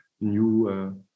new